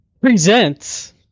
Presents